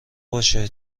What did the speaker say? باشه